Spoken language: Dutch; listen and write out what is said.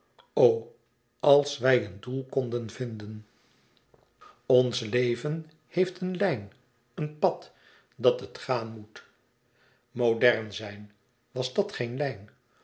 als wij een doel konden vinden ons leven heeft een lijn een pad dat het gaan moet modern zijn was dat geen lijn